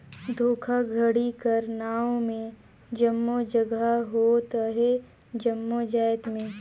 धोखाघड़ी कर नांव में जम्मो जगहा होत अहे जम्मो जाएत में